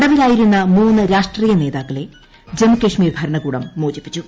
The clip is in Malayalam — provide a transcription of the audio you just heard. തടവിലായിരുന്ന മൂന്ന് രാഷ്ട്രീയ നേതാക്കളെ ജമ്മു കശ്മീർ ന് ഭരണകൂടം മോചിപ്പിച്ചു